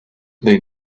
they